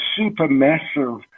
supermassive